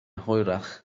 hwyrach